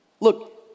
Look